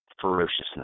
ferociousness